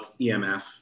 EMF